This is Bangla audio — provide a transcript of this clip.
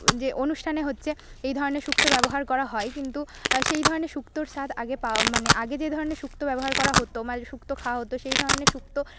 যে অনুষ্ঠানে হচ্ছে এই ধরনের সুক্তো ব্যবহার করা হয় কিন্তু সেই ধরনের সুক্তোর স্বাদ আগে পাও মানে আগে যে ধরনের সুক্তো ব্যবহার করা হত মানে সুক্তো খাওয়া হত সেই ধরনের সুক্তো